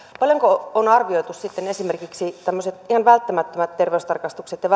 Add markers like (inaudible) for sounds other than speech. paljonko on arvioitu esimerkiksi tämmöisten ihan välttämättömien terveystarkastusten ja (unintelligible)